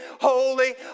holy